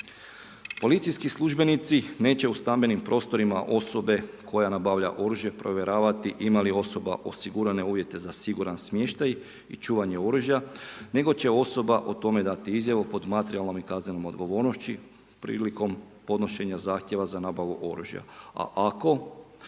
policijski službenici neće u stambenim prostorima osobe koja nabavlja oružje provjeravati ima li osoba osigurane uvjete za siguran smještaj i čuvanje oružja, nego će osoba o tome dati izjavu pod materijalnom i kaznenom odgovornošću prilikom podnošenja zahtjeva za nabavu oružja,